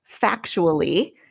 Factually